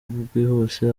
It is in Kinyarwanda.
bwihuse